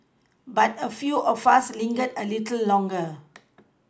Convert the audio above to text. but a few of us lingered a little longer